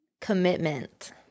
commitment